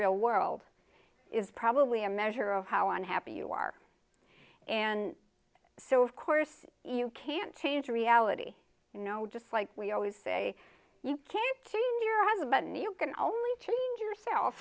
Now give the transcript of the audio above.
real world is probably a measure of how unhappy you are and so of course you can't change reality you know just like we always say you can't change your